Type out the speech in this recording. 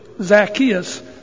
Zacchaeus